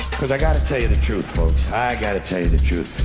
because i gotta tell you the truth, folks, i gotta tell you the truth.